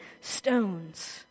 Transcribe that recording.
stones